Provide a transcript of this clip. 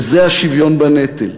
וזה השוויון בנטל.